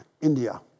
India